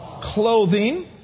clothing